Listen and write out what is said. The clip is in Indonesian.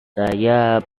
saya